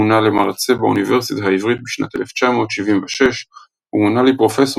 מונה למרצה באוניברסיטה העברית בשנת 1976 ומונה לפרופסור